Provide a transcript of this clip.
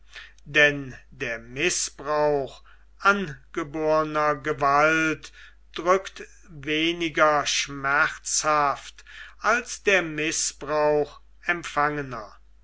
denn der mißbrauch angeborner gewalt drückt weniger schmerzhaft als der mißbrauch empfangener